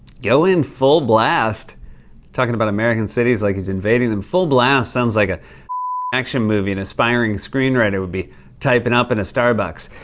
go in full-blast? he's talkin' about american cities like he's invading them. full-blast sounds like a action movie an aspiring screenwriter would be typin' up in a starbucks.